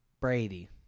Brady